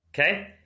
Okay